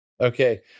Okay